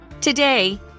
Today